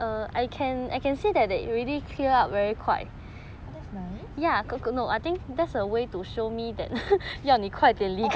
oh that's nice orh